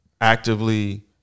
actively